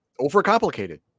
overcomplicated